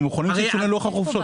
אנחנו מוכנים לשנות את לוח החופשות.